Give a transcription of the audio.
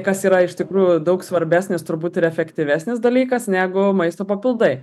kas yra iš tikrųjų daug svarbesnis turbūt ir efektyvesnis dalykas negu maisto papildai